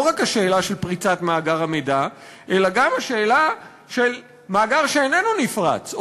לא רק השאלה של פריצת מאגר המידע אלא גם השאלה של מאגר שאיננו נפרץ,